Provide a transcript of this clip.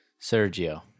Sergio